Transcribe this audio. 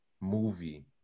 movie